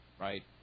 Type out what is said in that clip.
right